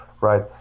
right